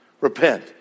Repent